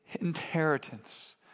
inheritance